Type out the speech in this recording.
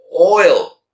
oil